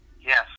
Yes